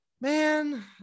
man